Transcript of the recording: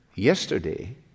yesterday